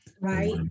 Right